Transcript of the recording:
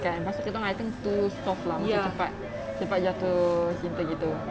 eh pasal kita orang I think too soft lah cepat jatuh cinta gitu